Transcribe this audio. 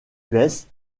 baisse